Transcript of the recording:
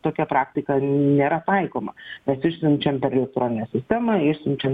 tokia praktika nėra taikoma mes išsiunčiam per elektroninę sistemą išsiunčiam